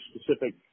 specific